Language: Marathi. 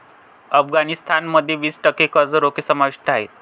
अफगाणिस्तान मध्ये वीस टक्के कर्ज रोखे समाविष्ट आहेत